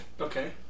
Okay